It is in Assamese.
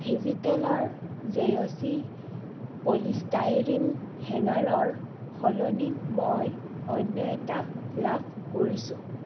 ভেজিটেলৰ জে অ' চি প'লিষ্টাইৰিন হেঙাৰৰ সলনি মই অন্য এটা লাভ কৰিছোঁ